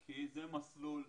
כי זה המסלול.